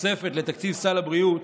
תוספת לתקציב סל הבריאות,